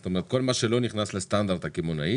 זאת אומרת כל מה שלא נכנס לסטנדרט הקמעונאי,